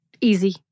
easy